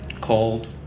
called